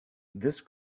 this